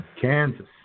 Kansas